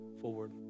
forward